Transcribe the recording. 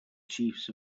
chiefs